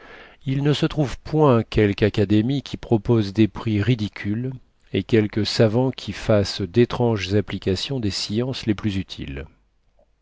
il ne se trouve point quelque académie qui propose des prix ridicules et quelques savants qui fassent d'étranges applications des sciences les plus utiles